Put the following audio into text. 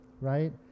right